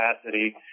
capacity